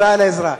תודה על העזרה.